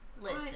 listen